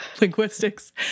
linguistics